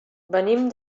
venim